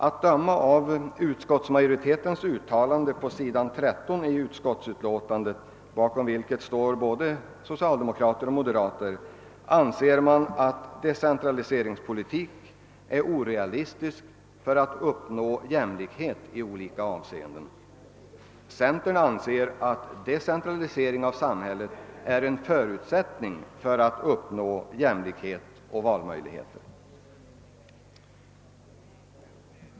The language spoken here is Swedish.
Att döma av utskottsmajoritetens uttalande på s. 13 i statsutskottets utlåtande nr 103, bakom vilket står både socialdemokrater och moderater, anser man att decentraliseringspolitiken är orealistisk när det gäller att uppnå jämlikhet i olika avseenden. Centern anser att decentralisering av samhället är en förutsättning för att man skall kunna uppnå jämlikhet och valmöjligheter.